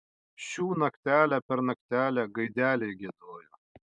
šių naktelę per naktelę gaideliai giedojo